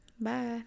Bye